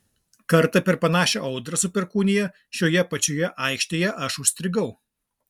kartą per panašią audrą su perkūnija šioje pačioje aikštėje aš užstrigau